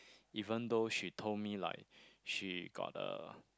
even though she told me like she got a